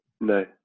no